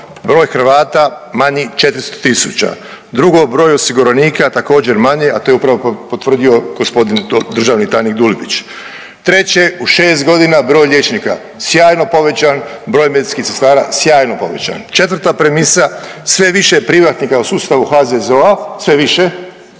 broj Hrvata manji 400 tisuća, drugo, broj osiguranika također manji, a to je upravo potvrdio g. državni tajnik Dulibić, treće, u 6.g. broj liječnika sjajno povećan, broj medicinskih sestara sjajno povećan, četvrta premisa, sve je više privatnika u sustavu HZZO-a sve više